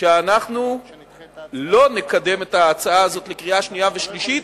שאנחנו לא נקדם את ההצעה הזאת לקריאה שנייה ולקריאה שלישית,